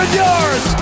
yards